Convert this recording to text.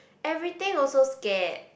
everything also scared